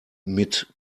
mit